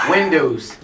Windows